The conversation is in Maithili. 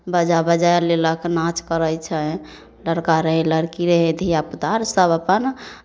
बाजा बजाए लेलक नाच करै छै लड़का रहै लड़की रहै धिया पुता अर सभ अपन